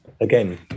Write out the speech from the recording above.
again